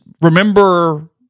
remember